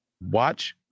Watch